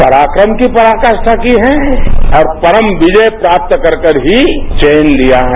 पराक्रम की पराकाष्वा की है और परम विजय प्राप्त कर कर ही चैन लिया है